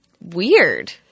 weird